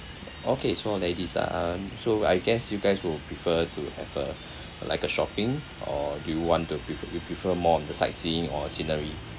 okay so all ladies ah um so I guess you guys will prefer to have a like a shopping or do you want to pre~ you prefer more on the sightseeing or scenery